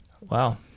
Wow